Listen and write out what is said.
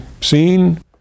seen